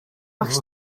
багш